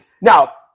Now